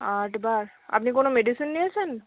আটবার আপনি কোনো মেডিসিন নিয়েছেন